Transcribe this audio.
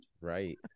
right